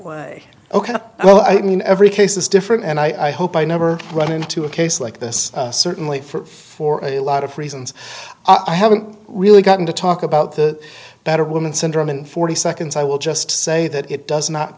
way ok well i mean every case is different and i hope i never run into a case like this certainly for for a lot of reasons i haven't really gotten to talk about the better woman syndrome in forty seconds i will just say that it does not